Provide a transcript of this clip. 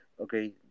okay